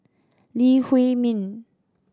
Lee Huei Min